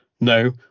no